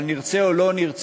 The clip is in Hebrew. אבל נרצה או לא נרצה,